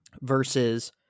versus